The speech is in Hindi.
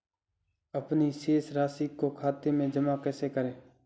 अपने शेष राशि को खाते में जमा कैसे करें?